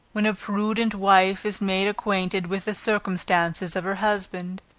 when a prudent wife is made acquainted with the circumstances of her husband,